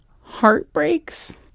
heartbreaks